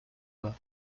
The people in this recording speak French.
bas